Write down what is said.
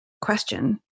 question